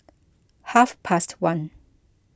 half past one